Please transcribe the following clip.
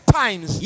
times